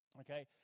Okay